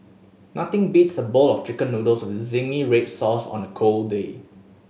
nothing beats a bowl of Chicken Noodles with zingy red sauce on a cold day